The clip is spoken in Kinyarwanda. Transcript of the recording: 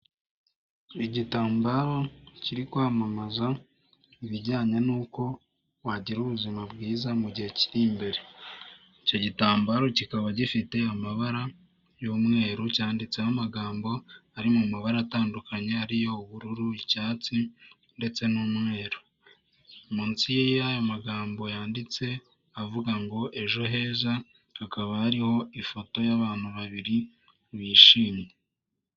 Igitambaro kiri kwamamaza ibijyanye n'uko wagira ubuzima bwiza mu gihe kiri imbere, icyo gitambaro kikaba gifite amabara y'umweru cyanditseho amagambo ari mu mabara atandukanye ari yo ubururu, icyatsi ndetse n'umweru, munsi y'aya magambo yanditse avuga ngo ejo heza hakaba hariho ifoto y'abantu babiri bishimye.